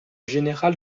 général